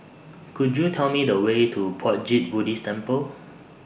Could YOU Tell Me The Way to Puat Jit Buddhist Temple